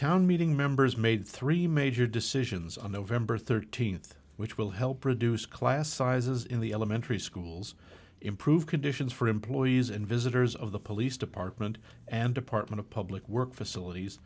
town meeting members made three major decisions on nov thirteenth which will help reduce class sizes in the elementary schools improve conditions for employees and visitors of the police department and department of public works facilities